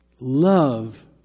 love